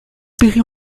périt